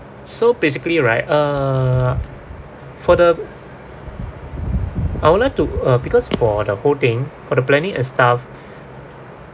so basically right uh for the I would like to uh because for the whole thing for the planning and stuff